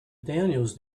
daniels